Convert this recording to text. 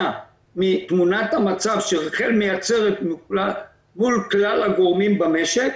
מתמונת המצב שרח"ל מציירת מול כלל הגורמים במשק,